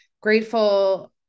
Grateful